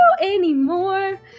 anymore